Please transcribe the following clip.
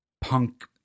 punk